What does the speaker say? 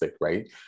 right